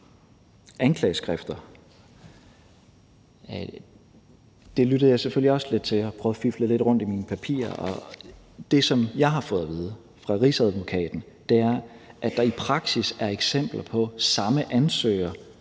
anklageskriftet. Det lyttede jeg selvfølgelig også lidt til, og jeg har prøvet at rode lidt rundt i mine papirer, og det, som jeg har fået at vide af Rigsadvokaten, er, at der i praksis er eksempler på, at samme ansøger